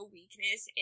weakness